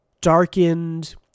darkened